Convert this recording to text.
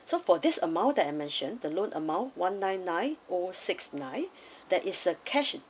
so for this amount that I mentioned the loan amount one nine nine o six nine there is a cash